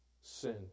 Sin